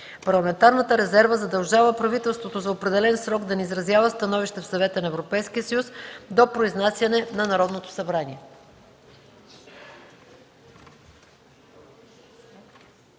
Парламентарната резерва задължава правителството за определен срок да не изразява становище в Съвета на Европейския съюз до произнасяне на Народното събрание.”